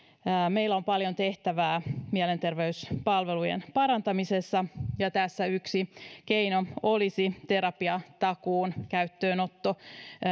meillä on paljon tehtävää mielenterveyspalvelujen parantamisessa tässä yksi keino olisi terapiatakuun käyttöönotto